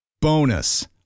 Bonus